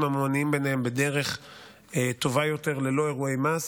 הממוניים ביניהם בדרך טובה יותר ללא אירועי מס,